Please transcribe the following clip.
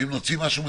ואם נוציא משהו מתוקן,